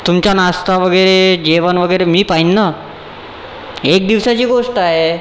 तुमचा नाश्ता वगैरे जेवण वगैरे मी पाहीन ना एक दिवसाची गोष्ट आहे